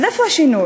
אז איפה השינוי?